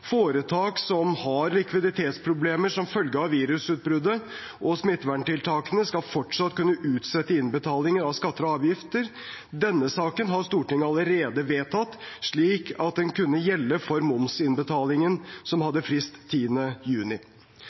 Foretak som har likviditetsproblemer som følge av virusutbruddet og smitteverntiltakene, skal fortsatt kunne utsette innbetaling av skatter og avgifter. Denne saken har Stortinget allerede vedtatt, slik at den kunne gjelde for momsinnbetalingen som hadde frist 10. juni.